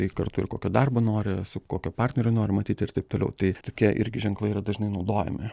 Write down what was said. tai kartu ir kokio darbo nori su kokio partnerio nori matyti ir taip toliau tai tokie irgi ženklai yra dažnai naudojami